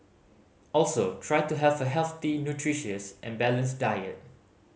also try to have a healthy nutritious and balanced diet